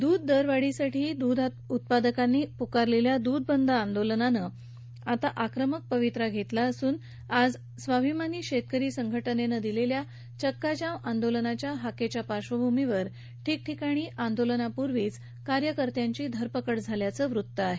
दूध दरवाढीसाठी दूध उत्पादकांनी पुकारलेल्या दूध बंद आंदोलनानं आता आक्रमक पवित्रा घेतला असून आज स्वाभिमानी शेतकरी संघटनेनं दिलेल्या चक्का जाम आंदोलनाच्या हाकेच्या पार्श्वभूमीवर ठिकठिकाणी आंदोलना आधीच कार्यकर्त्यांची धरपकड झाल्याच वृत्त आहे